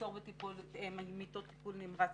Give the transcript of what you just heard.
מחסור במיטות טיפול נמרץ,